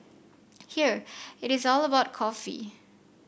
here it is all about coffee